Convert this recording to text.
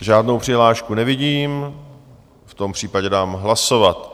Žádnou přihlášku nevidím, v tom případě dám hlasovat.